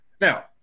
Now